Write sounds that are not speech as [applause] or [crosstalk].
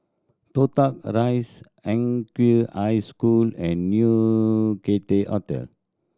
Toh Tuck Rise [unintelligible] High School and New Cathay Hotel